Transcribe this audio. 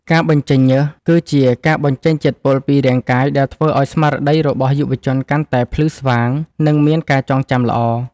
ការបញ្ចេញញើស គឺជាការបញ្ចេញជាតិពុលពីរាងកាយដែលធ្វើឱ្យស្មារតីរបស់យុវជនកាន់តែភ្លឺស្វាង និងមានការចងចាំល្អ។